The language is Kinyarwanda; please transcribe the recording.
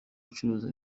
bucuruzi